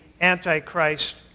Antichrist